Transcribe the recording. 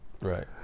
Right